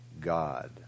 God